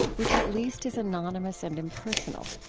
which at least is anonymous and impersonal.